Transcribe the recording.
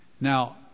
Now